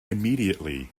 immediately